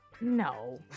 No